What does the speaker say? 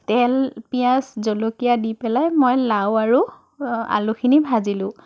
তেল পিঁয়াজ জলকীয়া দি পেলাই মই লাও আৰু আলুখিনি ভাজিলোঁ